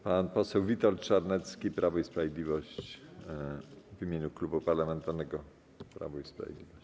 Pan poseł Witold Czarnecki, Prawo i Sprawiedliwość, w imieniu Klubu Parlamentarnego Prawo i Sprawiedliwość.